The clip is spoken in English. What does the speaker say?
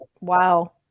Wow